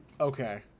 Okay